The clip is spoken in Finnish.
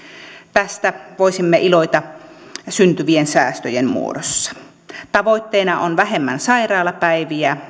tästä voisimme iloita syntyvien säästöjen muodossa tavoitteena on vähemmän sairaalapäiviä